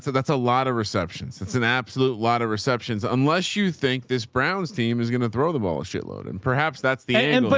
so that's a lot of receptions. it's an absolute lot of receptions. unless you think this brown's team is going to throw the ball a shit load. and perhaps that's the and but